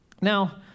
Now